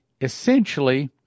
Essentially